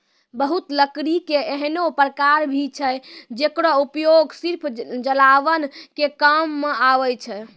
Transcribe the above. बहुत लकड़ी के ऐन्हों प्रकार भी छै जेकरो उपयोग सिर्फ जलावन के काम मॅ आवै छै